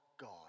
God